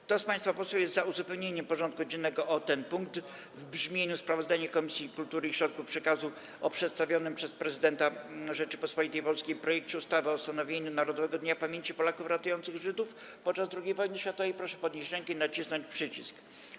Kto z państwa posłów jest za uzupełnieniem porządku dziennego o punkt w brzmieniu: Sprawozdanie Komisji Kultury i Środków Przekazu o przedstawionym przez Prezydenta Rzeczypospolitej Polskiej projekcie ustawy o ustanowieniu Narodowego Dnia Pamięci Polaków ratujących Żydów podczas II wojny światowej, proszę podnieść rękę i nacisnąć przycisk.